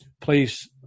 please